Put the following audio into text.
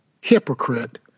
hypocrite